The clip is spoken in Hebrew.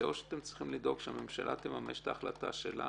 או שאתם צריכים לדאוג שהממשלה תממש את ההחלטה שלה